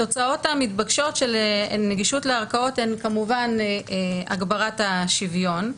התוצאות המתבקשות של נגישות לערכאות הן הגברת השוויון,